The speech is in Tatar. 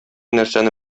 нәрсәне